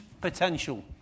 potential